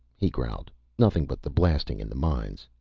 he growled. nothing but the blasting in the mines.